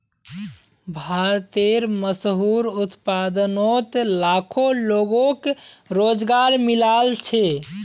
भारतेर मशहूर उत्पादनोत लाखों लोगोक रोज़गार मिलाल छे